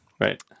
right